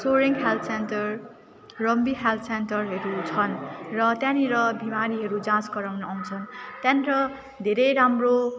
सोरिङ health centre रम्बी health सेन्टरहरू छन् र त्यहाँनिर बिमारीहरू जाँच गराउनु आउँछन् त्यहाँनिर धेरै राम्रो